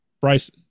Bryce